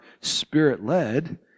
Spirit-led